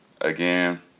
again